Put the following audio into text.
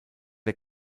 der